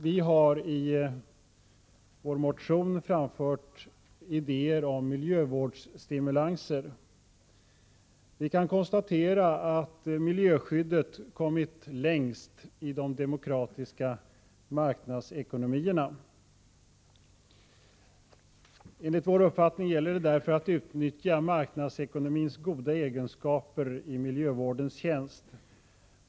Vi har i vår motion framfört idéer om miljövårdsstimulanser. Vi kan konstatera att miljöskyddet kommit längst i de demokratiska marknadsekonomierna. Enligt vår uppfattning gäller det därför att utnyttja marknadsekonomins goda egenskaper i miljövårdens tjänst.